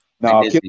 No